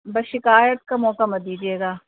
بس شکایت کا موقع مت دیجیے گا